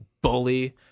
bully